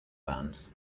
band